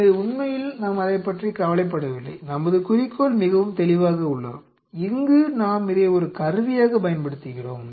எனவே உண்மையில் நாம் அதைப் பற்றி கவலைப்படவில்லை நமது குறிக்கோள் மிகவும் தெளிவாக உள்ளது இங்கு நாம் இதை ஒரு கருவியாகப் பயன்படுத்துகிறோம்